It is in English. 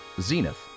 Zenith